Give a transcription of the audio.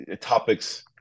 topics